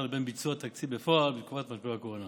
ובין ביצוע התקציב בפועל בתקופת משבר הקורונה.